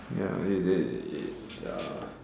ya it it it uh